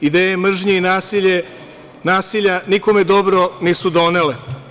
Ideje mržnje i nasilja nikome dobro nisu donele.